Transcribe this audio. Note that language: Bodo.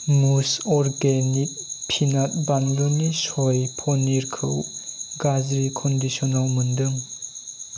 मुज अरगेनिक पिनाट बानलुनि स'य पनिरखौ गाज्रि कन्दिसनाव मोन्दों